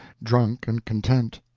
drunk and contented,